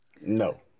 No